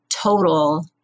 total